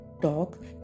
talk